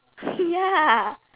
ya